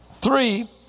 Three